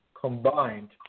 combined